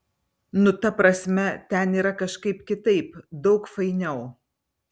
nu ta prasme ten yra kažkaip kitaip daug fainiau